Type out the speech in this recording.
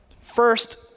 first